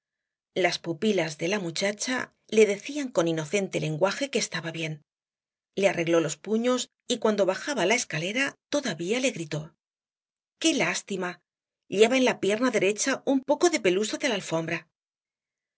las pupilas de la muchacha le decían con inocente lenguaje que estaba bien le arregló los puños y cuando bajaba la escalera todavía le gritó qué lástima lleva en la pierna derecha un poco de pelusa de la alfombra